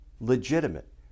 legitimate